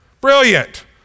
Brilliant